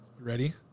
Ready